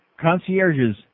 Concierges